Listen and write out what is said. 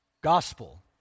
gospel